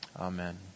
Amen